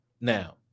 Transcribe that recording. Now